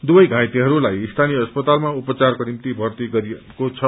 दुवै घाइतेहरूलाई स्थानीय अस्पतालमा उपचारको निम्ति भर्त्ती गराइएको छ